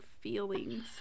feelings